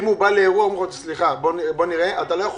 אם הוא בא לאירוע היו אומרים: אתה לא יכול